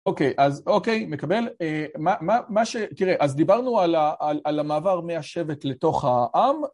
אוקיי, אז אוקיי, מקבל, מה ש... תראה, אז דיברנו על המעבר מהשבט לתוך העם